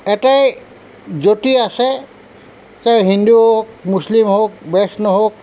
এটাই যতি আছে চাহে হিন্দু হওক মুছলিম হওক বৈষ্ণৱ হওক